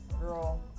girl